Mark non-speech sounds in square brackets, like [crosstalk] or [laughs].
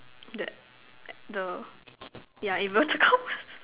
the [noise] the yeah inverted commas [laughs]